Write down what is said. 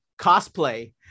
cosplay